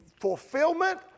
fulfillment